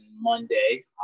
Monday